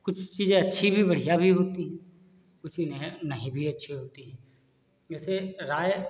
कुछ चीज़ें अच्छी भी बढ़ियाँ भी होती हैं कुछ नहीं भी अच्छी होती हैं जैसे राय